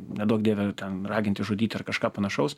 neduok dieve ten raginti žudyti ar kažką panašaus